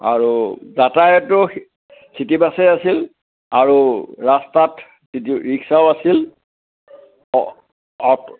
আৰু যাতায়তো চিটি বাছেই আছিল আৰু ৰাস্তাত ৰিক্সাও আছিল